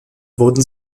wurden